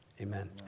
Amen